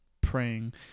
praying